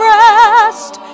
rest